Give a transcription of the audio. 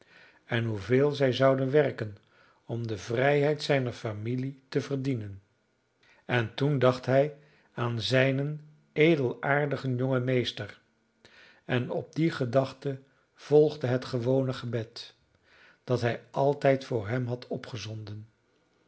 en hoeveel zij zouden werken om de vrijheid zijner familie te verdienen en toen dacht hij aan zijnen edelaardigen jongen meester en op die gedachte volgde het gewone gebed dat hij altijd voor hem had